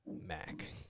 Mac